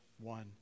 one